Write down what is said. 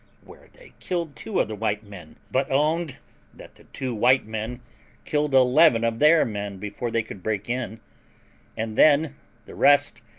where they killed two of the white men, but owned that the two white men killed eleven of their men before they could break in and then the rest,